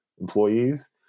employees